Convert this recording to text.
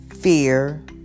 fear